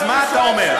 אז מה אתה אומר?